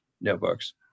notebooks